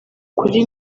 kuri